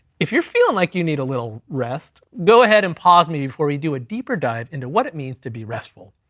if you're feeling like you need a little rest, go ahead, and pause me before we do a deeper dive into what it means to be restful.